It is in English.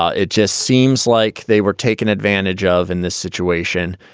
ah it just seems like they were taken advantage of in this situation.